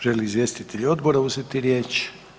Žele li izvjestitelji odbora uzeti riječ?